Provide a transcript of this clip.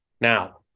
Now